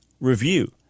review